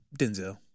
Denzel